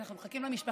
חברי הבית,